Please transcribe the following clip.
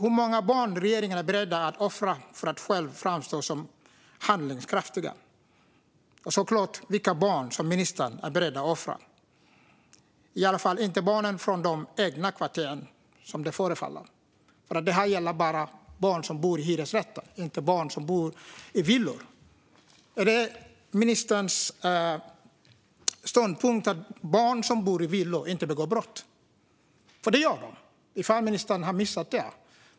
Hur många barn är regeringen beredd att offra för att själv framstå som handlingskraftig? Vilka barn är ministern beredd att offra? Det är i alla fall inte barnen från de egna kvarteren, som det förefaller. Det här gäller bara barn som bor i hyresrätter, inte barn som bor i villor. Är det ministerns ståndpunkt att barn som bor i villor inte begår brott? Det gör de, om ministern har missat det.